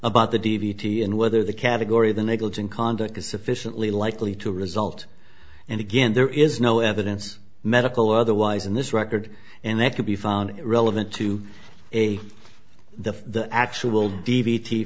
about the d v d and whether the category the negligent conduct is sufficiently likely to result and again there is no evidence medical otherwise in this record and that can be found relevant to a the actual d